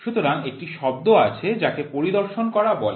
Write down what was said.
সুতরাং একটি শব্দ আছে যাকে 'পরিদর্শন করা' বলে